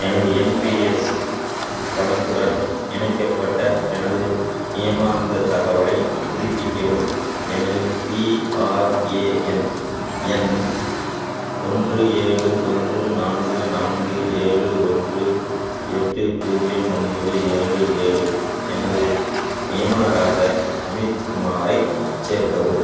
எனது என்பிஎஸ் கணக்குடன் இணைக்கப்பட்ட எனது நியமார்ந்த தகவலைப் புதுப்பிக்கவும் எனது பிஆர்ஏஎன் எண் ஒன்று ஏழு ஒன்று நான்கு நான்கு ஏழு ஒன்று எட்டு பூஜ்ஜியம் ஒன்பது ஏழு ஏழு எனது நியமனராக அமித் குமாரைச் சேர்க்கவும்